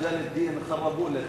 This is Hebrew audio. אחריו, חבר הכנסת אורי אורבך.